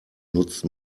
nutzt